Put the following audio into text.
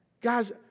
Guys